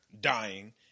dying